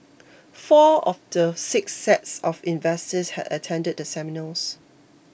four of the six sets of investors had attended the seminars